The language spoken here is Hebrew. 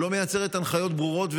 ולא מייצרת הנחיות ברורות,